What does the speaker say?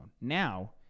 Now